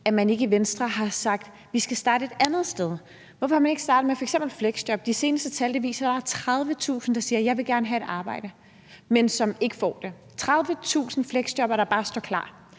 man i Venstre ikke har sagt, at man ville starte et andet sted. Hvorfor er man ikke startet med f.eks. fleksjob? De seneste tal viser, at der er 30.000, der siger, at de gerne vil have et arbejde, men som ikke får det. 30.000 fleksjobbere, der bare står klar,